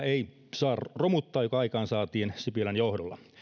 ei saa romuttaa tätä kilpailukykyä joka aikaansaatiin sipilän johdolla